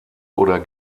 oder